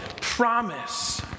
promise